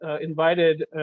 invited